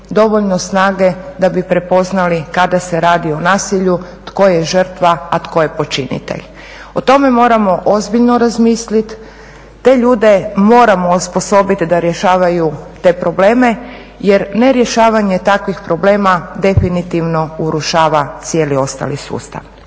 dovoljno snage da bi prepoznali kada se radi o nasilju, tko je žrtva, a tko je počinitelj. O tome moramo ozbiljno razmislit, te ljude moramo osposobit da rješavaju te probleme jer nerješavanje takvih problema definitivno urušava cijeli ostali sustav.